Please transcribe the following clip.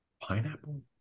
pineapple